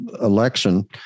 election